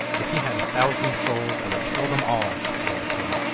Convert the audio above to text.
if he had a thousand souls, i would kill them all swore the king.